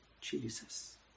Jesus